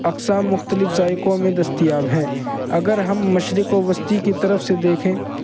اقسام مختلف ذائقوں میں دستیاب ہیں اگر ہم مشرق وسطی کی طرف سے دیکھیں